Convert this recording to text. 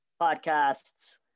podcasts